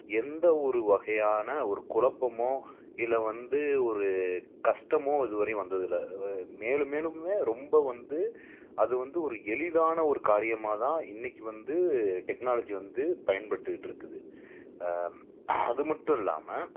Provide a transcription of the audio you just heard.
எந்த ஒரு வகையான ஒரு குழப்பமோ இல்லை வந்து ஒரு கஷ்டமோ இதுவரையும் வந்தது இல்லை மேலும் மேலுமே ரொம்ப வந்து அது வந்து ஒரு எளிதான ஒரு காரியமாக தான் இன்றைக்கு வந்து டெக்னாலஜி வந்து பயன்பட்டுட்டு இருக்குது அது மட்டும் இல்லாமல்